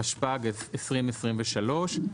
התשפ"ג-2023.